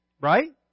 Right